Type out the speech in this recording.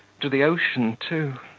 to the ocean too.